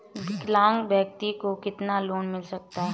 विकलांग व्यक्ति को कितना लोंन मिल सकता है?